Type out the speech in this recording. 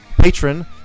patron